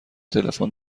تلفن